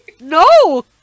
no